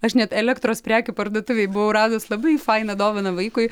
aš net elektros prekių parduotuvėj buvau radus labai fainą dovaną vaikui